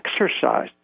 exercise